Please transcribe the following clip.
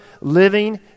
living